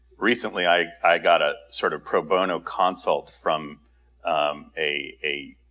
recently i i got a sort of pro bono consult from a